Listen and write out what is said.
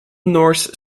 norse